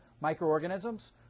microorganisms